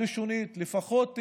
רב-לשונית, לפחות דו-לשונית,